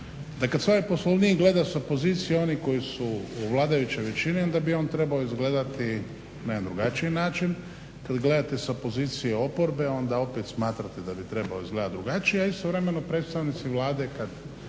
da kad se ovaj Poslovnik gleda sa pozicije onih koji su u vladajućoj većini onda bi on trebao izgledati na drugačiji način, kad gledate s pozicije oporbe onda opet smatrate da bi trebao izgledati drugačije, a istovremeno predstavnici Vlade kad